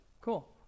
cool